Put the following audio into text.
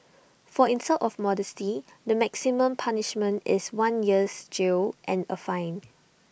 for insult of modesty the maximum punishment is one year's jail and A fine